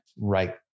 right